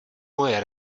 moje